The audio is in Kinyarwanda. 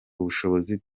ubushobozi